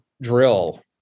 drill